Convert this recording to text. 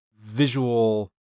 visual